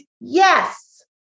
Yes